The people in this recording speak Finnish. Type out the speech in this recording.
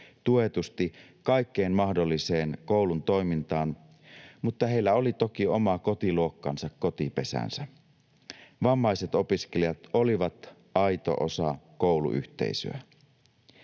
tuetusti kaikkeen mahdolliseen koulun toimintaan, mutta heillä oli toki oma kotiluokkansa, kotipesänsä. Vammaiset opiskelijat olivat aito osa kouluyhteisöä.